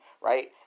right